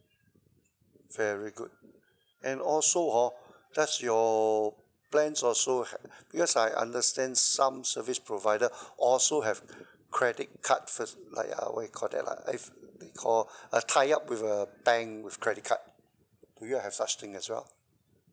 very good and also hor does your plans also had because I understand some service provider also have credit card first like uh what you call that lah if they call a tie up with a bank with credit card do you have such thing as well